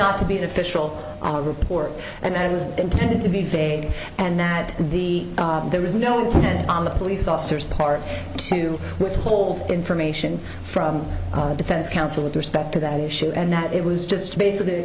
not to be an official report and that it was intended to be fake and that the there was no intent on the police officers part to withhold information from defense counsel with respect to that issue and that it was just basically